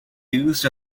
used